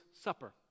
Supper